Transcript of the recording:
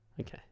Okay